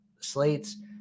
slates